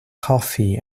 coffee